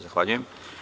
Zahvaljujem.